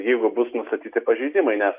jeigu bus nustatyti pažeidimai nes